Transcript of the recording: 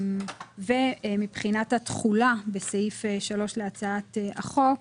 מבחינת התחולה בסעיף 3 להצעת החוק,